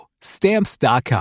Stamps.com